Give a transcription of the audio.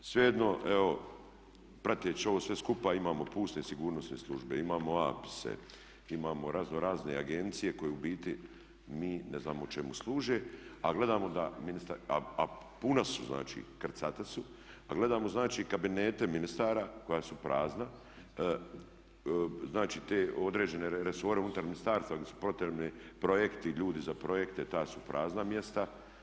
Svejedno evo prateći ovo sve skupa imamo puste sigurnosne službe, imamo APIS-e, imamo razno razne agencije koje u biti mi ne znamo čemu služe a gledamo da ministarstvo, a puna su, krcata su, a gledamo znači kabinete ministara koja su prazna, znači te određene resore unutar ministarstva gdje su potrebni projekti, ljudi za projekte ta su prazna mjesta.